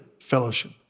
fellowship